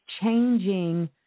changing